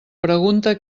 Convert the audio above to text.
pregunte